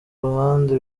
ruhande